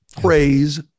praise